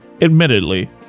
admittedly